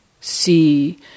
see